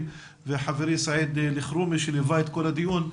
וחברי סעיד אלחרומי שליווה את כל הדיון.